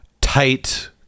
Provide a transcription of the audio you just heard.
tight